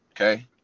Okay